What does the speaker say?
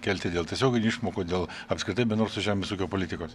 kelti dėl tiesioginių išmokų dėl apskritai bendrosios žemės ūkio politikos